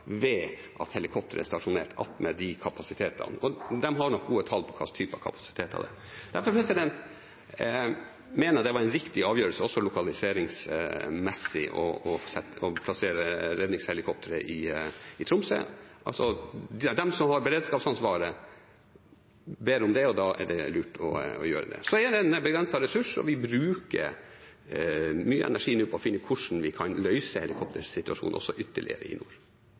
ved at helikopter er stasjonert ved de kapasitetene, og de har nok gode tall på hvilke typer kapasiteter det er. Derfor mener jeg det var en riktig avgjørelse, også lokaliseringsmessig, å plassere redningshelikopter i Tromsø. De som har beredskapsansvaret, ber om det, og da er det lurt å gjøre det. Det er en begrenset ressurs, og vi bruker mye energi nå på å finne ut hvordan vi kan løse helikoptersituasjonen også ytterligere i nord.